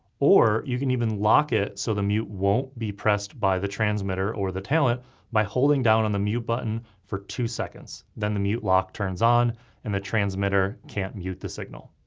or you can even lock it so the mute won't be pressed by the transmitter or the talent by holding down on the mute button for two seconds. then the mute lock turns on and the transmitter can't mute the signal.